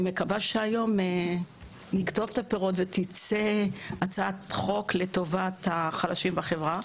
היום נקטוף את הפירות ותצא הצעת חוק לטובת החלשים בחברה.